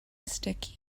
sticky